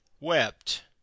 wept